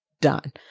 done